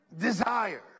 desire